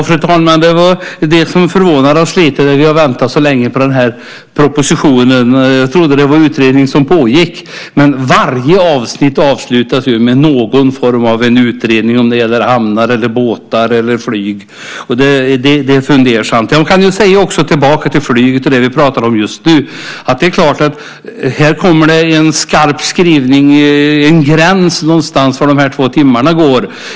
Fru talman! Det var det som förvånade oss lite grann när vi har väntat så länge på den här propositionen. Vi trodde att det var utredning som pågick. Men varje avsnitt avslutas ju med att det talas om någon form av utredning. Det kan gälla hamnar, båtar, flyg eller något annat. Det kan man fundera på. Jag ska säga något om flyget och det som vi talade om nyss. Här kommer det en skarp skrivning om att man ska sätta en gräns någonstans med anledning av dessa två timmar.